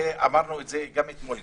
ואמרנו את זה גם אתמול,